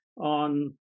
on